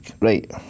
right